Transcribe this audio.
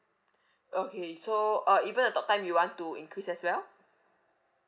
okay so uh even the talk time you want to increase as well